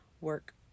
work